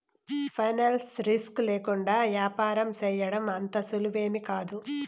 financial risk లేకుండా యాపారం సేయడం అంత సులువేమీకాదు